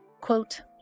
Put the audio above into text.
Quote